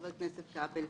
חבר הכנסת הכנסת כבל?